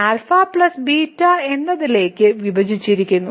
α 0 എന്നതിലേക്ക് വിഭജിച്ചിരിക്കുന്നു